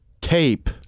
tape